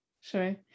sure